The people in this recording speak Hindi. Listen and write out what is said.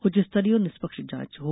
उच्च स्तरीय और निष्पक्ष जांच हो